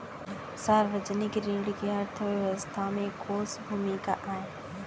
सार्वजनिक ऋण के अर्थव्यवस्था में कोस भूमिका आय?